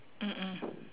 mm mm